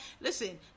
listen